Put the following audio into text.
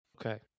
Okay